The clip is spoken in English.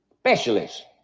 specialist